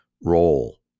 role